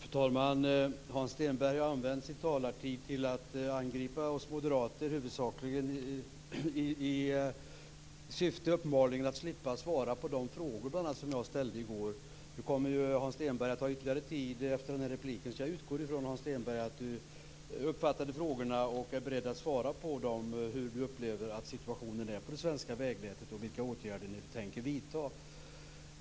Fru talman! Hans Stenberg har använt sin talartid till att angripa oss moderater, uppenbarligen i syfte att slippa svara på de frågor som bl.a. jag ställde i går. Hans Stenberg har ytterligare tid efter denna replik. Jag utgår därför ifrån att han uppfattade frågorna, att han är beredd att svara på dem och ange hur han upplever att situationen är på det svenska vägnätet samt ange vilka åtgärder ni tänker vidta.